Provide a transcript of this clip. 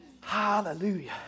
hallelujah